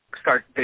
Start